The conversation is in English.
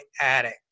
addict